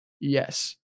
yes